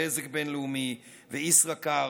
בזק בין-לאומי וישראכרט,